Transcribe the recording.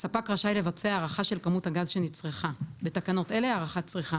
הספק רשאי לבצע הערכה של כמות הגז שנצרכה (בתקנות אלה הערכת צריכה),